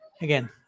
again